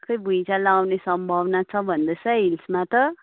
खोइ भुइँचालो आउने सम्भवना छ भन्दै छ हिल्समा त